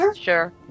sure